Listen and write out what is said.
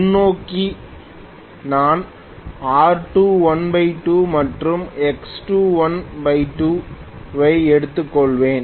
முன்னோக்கிக்கு நான் R212 மற்றும் X212 ஐ எடுத்துக்கொள்வேன்